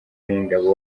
w’ingabo